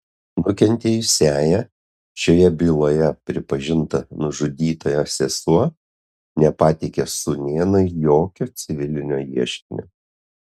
nukentėjusiąja šioje byloje pripažinta nužudytojo sesuo nepateikė sūnėnui jokio civilinio ieškinio